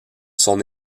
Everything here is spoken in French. son